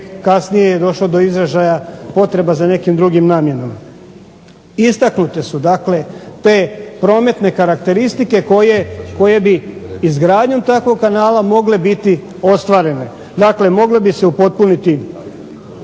kasnije je došla do izražaja potreba za nekim drugim namjenama. Istaknute su dakle te prometne karakteristike koje bi izgradnjom takvog kanala mogle biti ostvarene. Dakle, mogla bi se upotpuniti